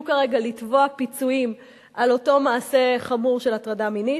כרגע לתבוע פיצויים על אותו מעשה חמור של הטרדה מינית.